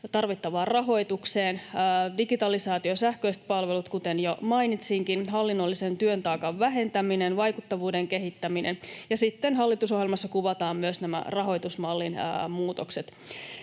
tarvittavaan rahoitukseen. Digitalisaatio ja sähköiset palvelut, kuten jo mainitsinkin, hallinnollisen työn taakan vähentäminen, vaikuttavuuden kehittäminen, ja sitten hallitusohjelmassa kuvataan myös nämä rahoitusmallin muutokset.